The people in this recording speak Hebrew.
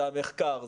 זה המחקר,